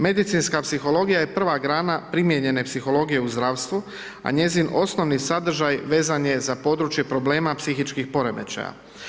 Medicinska psihologija je prva grana primijenjene psihologije u zdravstvu, a njezin osnovni sadržaj vezan je za područje problema psihičkih poremećaja.